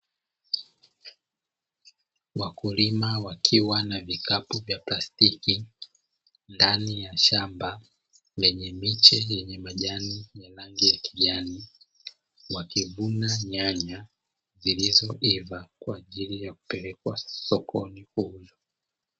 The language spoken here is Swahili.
Wakulima wakiwa na vikapu vya plastiki ndani ya shamba, lenye miche yenye rangi yenye majani ya rangi ya kijani, wakivuna nyanya zilizoiva kwa ajili ya kupelekwa sokoni kuuzwa.